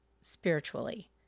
spiritually